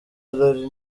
rallye